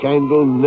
Candle